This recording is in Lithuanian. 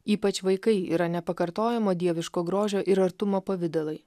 ypač vaikai yra nepakartojamo dieviško grožio ir artumo pavidalai